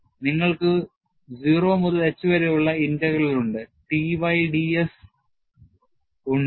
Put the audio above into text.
നിങ്ങൾക്ക് 0 മുതൽ h വരെയുള്ള ഇന്റഗ്രൽ ഉണ്ട് Ty d s ഉണ്ട്